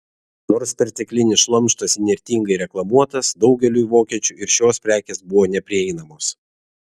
nors perteklinis šlamštas įnirtingai reklamuotas daugeliui vokiečių ir šios prekės buvo neprieinamos